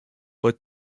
but